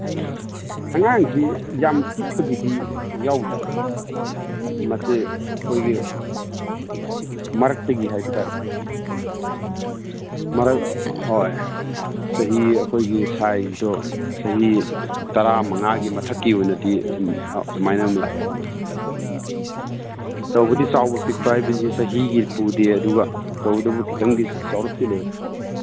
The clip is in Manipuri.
ꯑꯉꯥꯡꯁꯤ ꯌꯥꯝ ꯄꯤꯛꯄꯒꯤꯗꯤ ꯌꯥꯎꯗ꯭ꯔꯦ ꯃꯁꯤ ꯑꯩꯈꯣꯏꯒꯤ ꯃꯔꯛꯇꯒꯤ ꯍꯥꯏꯕ ꯇꯥꯔꯦ ꯃꯔꯛ ꯍꯣꯏ ꯆꯍꯤ ꯑꯩꯈꯣꯏꯒꯤ ꯁꯥꯏꯖꯗꯣ ꯆꯍꯤ ꯇꯔꯥꯃꯉꯥꯒꯤ ꯃꯊꯛꯀꯤ ꯑꯣꯏꯅꯗꯤ ꯑꯗꯨꯝ ꯑꯗꯨꯃꯥꯏꯅ ꯑꯗꯨꯝ ꯂꯥꯛꯑꯦ ꯇꯧꯕꯗꯤ ꯆꯥꯎꯕ ꯄꯤꯛꯄ ꯍꯥꯏꯕꯁꯤ ꯆꯍꯤꯒꯤ ꯄꯨꯗꯦ ꯑꯗꯨꯒ ꯇꯧꯕꯗꯕꯨ ꯈꯤꯇꯪꯗꯤ ꯆꯥꯎꯔꯞꯇꯤ ꯂꯩ